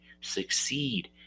succeed